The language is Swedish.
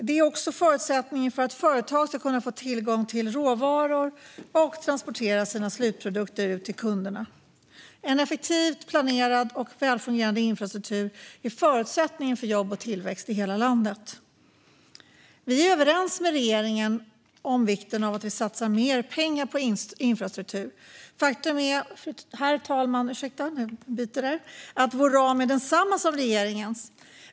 Den är också en förutsättning för att företag ska kunna få tillgång till råvaror och transportera sina slutprodukter ut till kunderna. En effektivt planerad och välfungerande infrastruktur är förutsättningen för jobb och tillväxt i hela landet. Vi är överens med regeringen om vikten av att satsa mer pengar på infrastruktur. Faktum är, herr talman, att vår ram är densamma som regeringens.